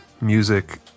music